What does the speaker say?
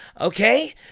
Okay